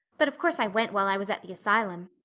but of course i went while i was at the asylum.